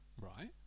Right